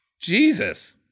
Jesus